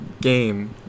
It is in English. game